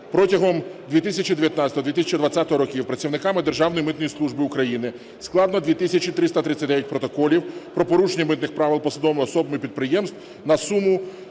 Протягом 2019-2020 років працівниками Державної митної служби України складено 2339 протоколів про порушення митних правил посадовими особами підприємств на суму